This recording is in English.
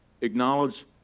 Acknowledge